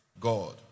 God